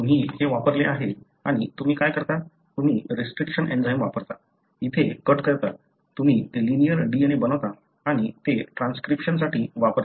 तुम्ही हे वापरले आहे आणि तुम्ही काय करता तुम्ही रिस्ट्रिक्शन एन्झाइम वापरता येथे कट करतात तुम्ही ते लिनिअर DNA बनवता आणि ते ट्रान्सक्रिप्शनसाठी वापरता